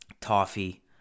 toffee